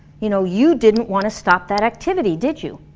you know, you didn't want to stop that activity, did you?